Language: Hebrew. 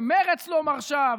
ומרצ לא מרשה,